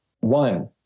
One